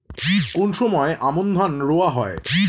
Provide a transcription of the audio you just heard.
কোন সময় আমন ধান রোয়া হয়?